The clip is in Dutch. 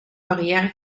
carrière